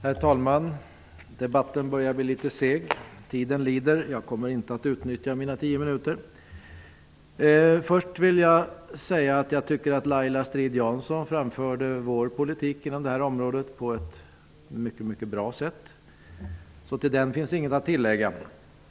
Herr talman! Debatten börjar att bli litet seg. Tiden lider. Jag kommer inte att utnyttja mina tio minuter. Först vill jag säga att jag tycker att Laila Strid Jansson redogjorde för vår politik på det här området på ett mycket bra sätt. Till detta finns alltså inget att tillägga.